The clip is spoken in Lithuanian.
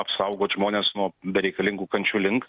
apsaugot žmones nuo bereikalingų kančių link